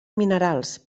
minerals